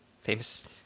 Famous